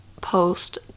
post